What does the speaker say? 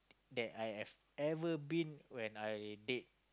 that I have ever been when I date